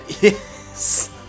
yes